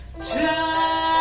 Time